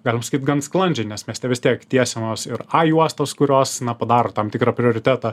galim sakyt gan sklandžiai nes mieste vis tiek tiesiamos ir juostos kurios na padaro tam tikrą prioritetą